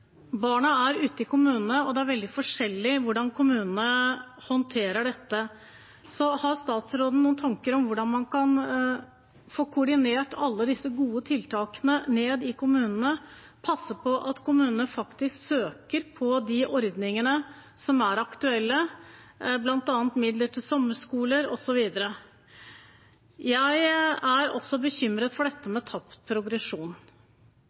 barna er ute i kommunene, og det er veldig forskjellig hvordan kommunene håndterer dette. Har statsråden noen tanker om hvordan man kan få koordinert alle disse gode tiltakene i kommunene, passe på at kommunene faktisk søker på de ordningene som er aktuelle, bl.a. midler til sommerskole osv.? Jeg er også bekymret for dette med tapt progresjon.